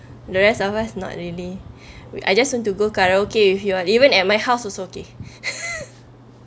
the rest of us not really I just want to go karaoke with you even at my house also okay